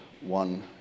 one